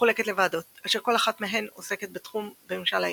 מחולקת לוועדות אשר כל אחת מהן עוסקת בתחום בממשל העיר.